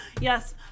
Yes